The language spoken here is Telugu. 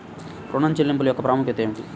ఋణ చెల్లింపుల యొక్క ప్రాముఖ్యత ఏమిటీ?